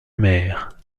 mer